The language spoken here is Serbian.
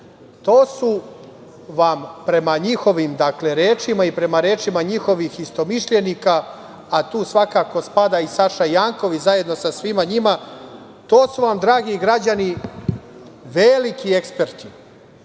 To su vam prema njihovim rečima i prema rečima njihovih istomišljenika, a tu svakako spada i Saša Janković zajedno sa svima njima, dragi građani, veliki eksperti,